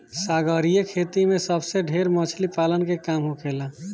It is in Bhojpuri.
सागरीय खेती में सबसे ढेर मछली पालन के काम होखेला